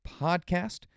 podcast